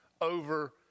over